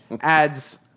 adds